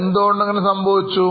എന്തുകൊണ്ട് ഇങ്ങനെ സംഭവിച്ചു